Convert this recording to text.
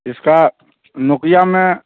इसका नोकिया में